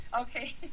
Okay